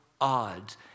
odds